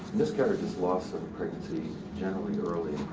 this character's loss of pregnancy generally early